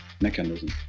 mechanism